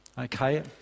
okay